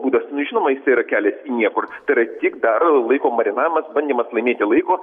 būdas nu žinoma jis yra kelias niekur tai yra tik dar laiko marinavimas bandymas laimėti laiko